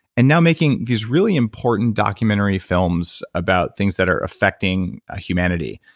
and now making these really important documentary films about things that are affecting humanity.